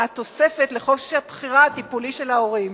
תוספת לחופש הבחירה הטיפולי של ההורים